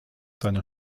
seine